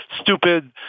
stupid